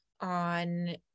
on